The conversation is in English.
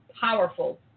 powerful